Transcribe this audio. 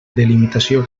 delimitació